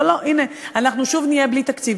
אבל לא, הנה, אנחנו שוב נהיה בלי תקציב.